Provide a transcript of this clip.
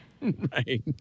Right